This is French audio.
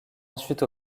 ensuite